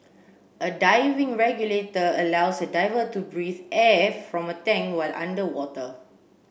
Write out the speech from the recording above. a diving regulator allows a diver to breathe air from a tank while underwater